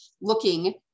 looking